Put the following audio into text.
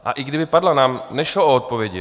A i kdyby padla, nám nešlo o odpovědi.